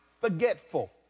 forgetful